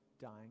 dying